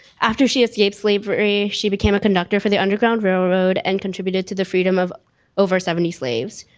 after she escaped slavery, she became a conductor for the underground railroad and contributed to the freedom of over seventy slaves.